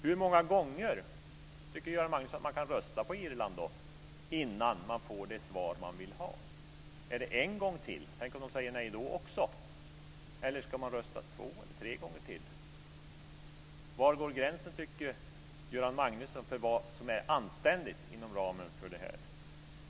Hur många gånger tycker Göran Magnusson att det kan röstas på Irland innan man får det svar man vill ha? Är det en gång till? Tänk om de säger nej då också? Eller ska man rösta två eller tre gånger till? Var tycker Göran Magnusson att gränsen går för vad som är anständigt inom ramen för det här?